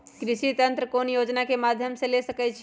कृषि यंत्र कौन योजना के माध्यम से ले सकैछिए?